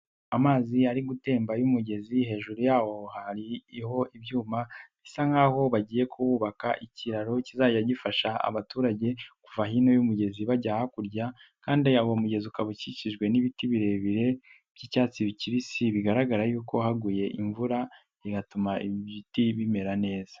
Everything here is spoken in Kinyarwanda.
Amazi ari gutemba y'umugezi hejuru yawo hariho ibyuma bisa nk'aho bagiye kuhubaka ikiraro kizajya gifasha abaturage kuva hino y'umugezi bajya hakurya kandi uwo mugezi ukaba ukikijwe n'ibiti birebire by'icyatsi kibisi bigaragara y'uko haguye imvura igatuma ibiti bimera neza.